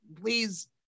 Please